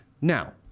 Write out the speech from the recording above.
Now